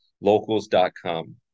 locals.com